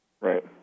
Right